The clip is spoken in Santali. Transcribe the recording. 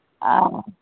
ᱚᱻ